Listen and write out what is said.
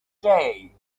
day